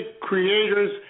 creators